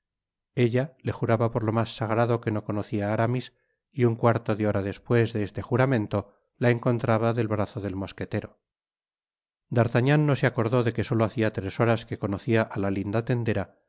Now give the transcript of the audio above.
ella le jurara por lo mas sagrado que no conocia á aramis y un cuarto de hora despues de este juramento la encontraba det brazo del mosquetero d'artagnan no se acordó de que solo hacia tres horas que conocia á la linda tendera de